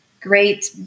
great